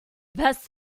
best